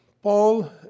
Paul